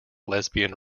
lesbian